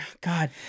God